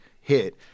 hit